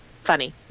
funny